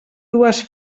dues